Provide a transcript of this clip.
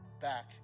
back